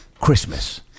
Christmas